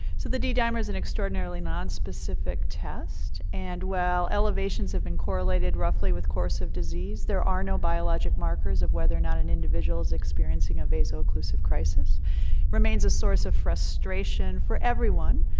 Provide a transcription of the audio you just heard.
so the d-dimer is an extraordinarily nonspecific test, and while elevations have been correlated, roughly, with course of disease, there are no biologic markers of whether or not an individual's experiencing a vasoocclusive crisis. it remains a source of frustration for everyone,